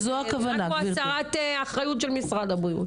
כי הייתה הסרת אחריות של משרד הבריאות.